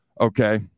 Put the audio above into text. Okay